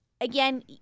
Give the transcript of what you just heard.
again